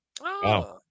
Wow